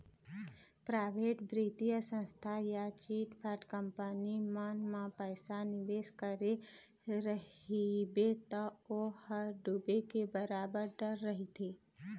private बित्तीय संस्था या चिटफंड कंपनी मन म पइसा निवेस करे रहिबे त ओ ह डूबे के बरोबर डर रहिथे